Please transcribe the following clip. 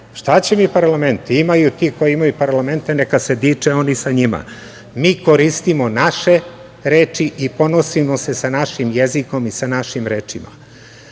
Šta će mi parlament? Imaju ti koji imaju parlamente, neka se diče oni sa njima. Mi koristimo naše reči i ponosimo se sa našim jezikom i sa našim rečima. Imamo